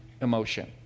emotion